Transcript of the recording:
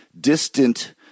distant